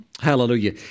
Hallelujah